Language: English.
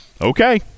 Okay